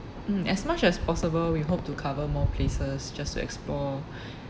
mm as much as possible we hope to cover more places just to explore